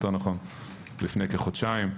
לפני כחודשיים,